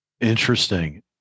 Interesting